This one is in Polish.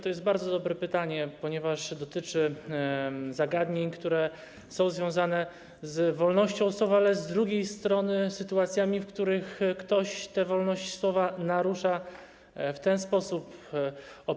To jest bardzo dobre pytanie, ponieważ dotyczy zagadnień, które są związane z wolnością słowa, ale z drugiej strony z sytuacjami, w których ktoś tę wolność słowa w ten sposób narusza.